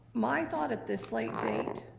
my thought at this late date,